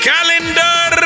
Calendar